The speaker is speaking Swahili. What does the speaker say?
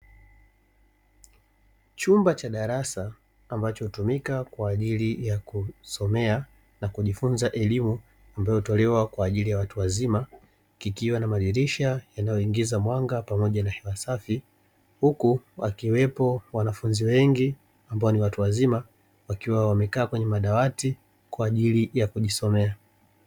Chumba cha darasa, ambacho hutumika kwa ajili ya kujisomea na kujifunza elimu inayotolewa kwa ajili ya watu wazima, kikiwa na madirisha yanayoingiza mwanga pamoja hewa safi, huku wakiwepo wanafunzi wengi ambao ni watu wazima, wakiwa wamekaa kwenye madawati kwa ajili ya kujisomea.